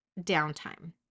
downtime